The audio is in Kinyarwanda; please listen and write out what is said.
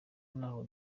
n’aho